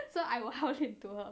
so I will hao lian to her